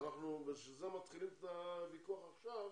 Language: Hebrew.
אנחנו בשביל זה מתחילים את הוויכוח עכשיו